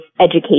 education